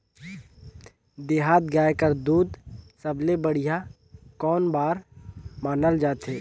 देहाती गाय कर दूध सबले बढ़िया कौन बर मानल जाथे?